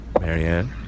Marianne